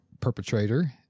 perpetrator